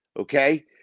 okay